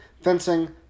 fencing